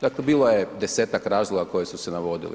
Dakle bilo je 10-ak razloga koji su se navodili.